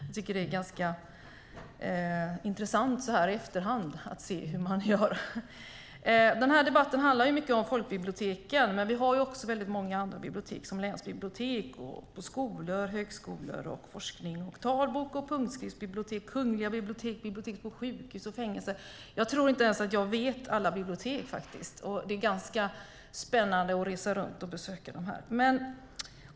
Jag tycker att det är ganska intressant så här i efterhand, att se hur man gör. Denna debatt handlar mycket om folkbiblioteken, men vi har också många andra bibliotek som länsbibliotek, bibliotek på skolor och högskolor, forskningsbibliotek, talboks och punktskriftsbibliotek, Kungliga biblioteket, bibliotek på sjukhus och fängelser - jag tror faktiskt inte ens att jag känner till alla bibliotek. Det är ganska spännande att resa runt och besöka dem.